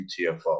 UTFO